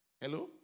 hello